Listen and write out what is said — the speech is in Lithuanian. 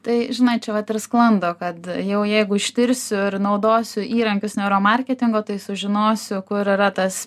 tai žinai čia vat ir sklando kad jau jeigu ištirsiu ir naudosiu įrankius neuromarketingo tai sužinosiu kur yra tas